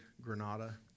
Granada